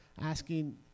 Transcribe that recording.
asking